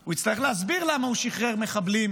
הוא יצטרך להסביר למה הוא שחרר מחבלים